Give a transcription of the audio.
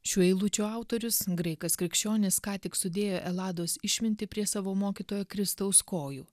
šių eilučių autorius graikas krikščionis ką tik sudėjo elados išmintį prie savo mokytojo kristaus kojų